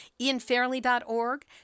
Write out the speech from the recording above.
ianfairley.org